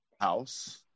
house